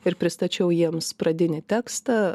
ir pristačiau jiems pradinį tekstą